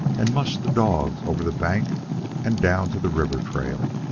and mushed the dogs over the bank and down to the river-trail.